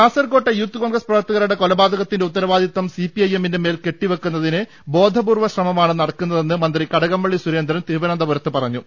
കാസർകോട്ടെ Youth Congress പ്രവർത്തകരുടെ കൊലപാ തകത്തിന്റെ ഉത്തരവാദിത്തം സിപിഐഎമ്മിന്റെ മേൽ കെട്ടിവെക്കു ന്നതിന് ബോധപൂർവ ശ്രമമാണ് നടക്കുന്നതെന്ന് മന്ത്രി കടകംപള്ളി സുരേന്ദ്രൻ തിരുവനന്തപുരത്ത് പറഞ്ഞു